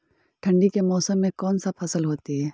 ठंडी के मौसम में कौन सा फसल होती है?